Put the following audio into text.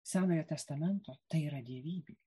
senojo testamento tai yra dievybė